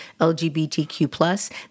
LGBTQ+